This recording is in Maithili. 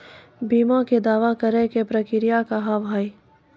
बीमा के दावा करे के प्रक्रिया का हाव हई?